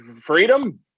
freedom